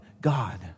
God